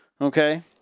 okay